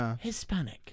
Hispanic